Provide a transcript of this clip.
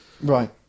Right